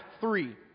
Three